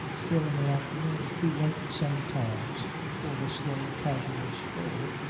still, in the afternoon, he went sometimes for a slow casual stroll,